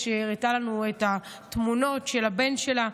והיא הראתה לנו את התמונות של הבן שלה.